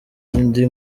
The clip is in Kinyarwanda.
indi